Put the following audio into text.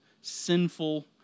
sinful